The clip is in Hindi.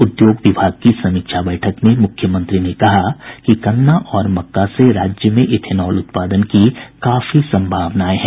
उद्योग विभाग की समीक्षा बैठक में मुख्यमंत्री ने कहा कि गन्ना और मक्का से राज्य में इथेनॉल उत्पादन की काफी सम्भावनाएं हैं